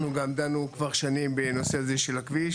אנחנו גם דנו כבר שנים בנושא הזה של הכביש,